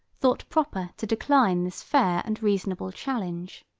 thought proper to decline this fair and reasonable challenge.